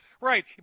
Right